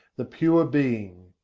the pure being.